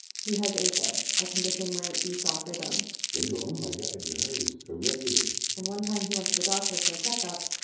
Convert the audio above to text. he has a afib, a condition where it beats off-rhythm they go, oh, my god, your heart is irregular and one time he went to the doctor for a checkup,